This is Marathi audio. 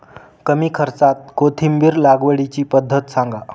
कमी खर्च्यात कोथिंबिर लागवडीची पद्धत सांगा